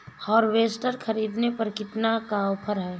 Harvester ख़रीदने पर कितनी का ऑफर है?